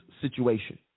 situation